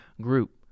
group